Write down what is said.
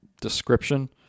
description